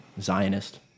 Zionist